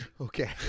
Okay